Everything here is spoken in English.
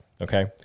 Okay